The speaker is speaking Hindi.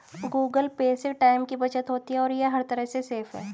गूगल पे से टाइम की बचत होती है और ये हर तरह से सेफ है